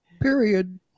period